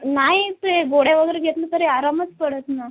नाही ते गोळ्या वगैरे घेतले तरी आरामच पडत नाही